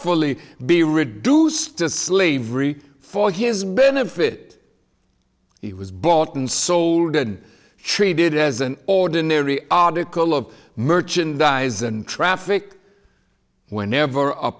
lawfully be reduced to slavery for his benefit he was bought and sold and treated as an ordinary article of merchandise and traffic whenever